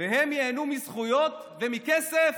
הם ייהנו מזכויות ומכסף?